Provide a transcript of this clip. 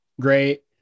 great